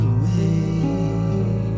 away